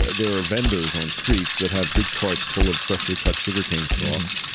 there are vendors on streets that have big carts full of freshly cut sugarcane stongs,